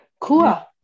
Cool